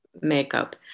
makeup